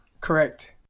Correct